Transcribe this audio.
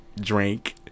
drink